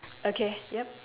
okay yup